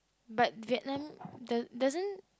but Vietnam does doesn't